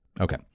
Okay